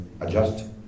adjust